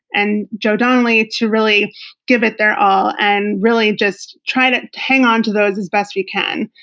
and joe donnelly to really give it their all and really just try to hang on to those as best we can.